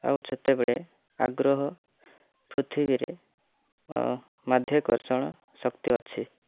ଆଉ ଯେତେବେଳେ ଆଗ୍ରହ ପୃଥିବୀରେ ମାଧ୍ୟାକର୍ଷଣ ଶକ୍ତି ଅଛି